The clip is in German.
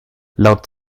laut